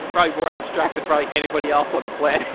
probably more abstract than probably anybody else on the planet.